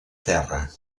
terra